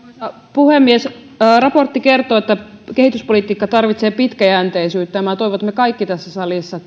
puhemies raportti kertoo että kehityspolitiikka tarvitsee pitkäjänteisyyttä ja minä toivon että me kaikki tässä salissa